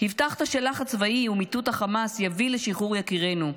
הבטחת שלחץ צבאי ומיטוט החמאס יביא לשחרור יקירינו,